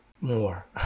more